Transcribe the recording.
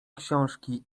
książki